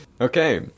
Okay